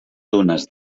dunes